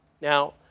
Now